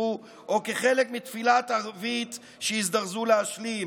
שנרצחו או כחלק מתפילת ערבית שהזדרזו להשלים,